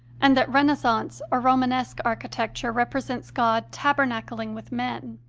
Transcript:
and that renaissance or romanesque architecture represents god taberna cling with men.